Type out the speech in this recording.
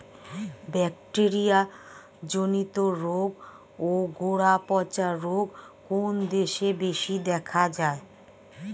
Bacteria জনিত রোগ ও গোড়া পচা রোগ কোন দেশে বেশি দেখা যায়?